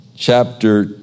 chapter